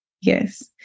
Yes